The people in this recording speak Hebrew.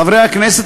חברי הכנסת,